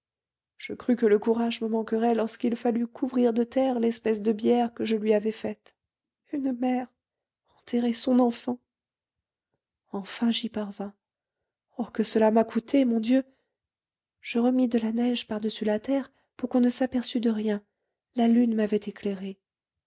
je crus que le courage me manquerait lorsqu'il fallut couvrir de terre l'espèce de bière que je lui avais faite une mère enterrer son enfant enfin j'y parvins oh que cela m'a coûté mon dieu je remis de la neige par-dessus la terre pour qu'on ne s'aperçût de rien la lune m'avait éclairée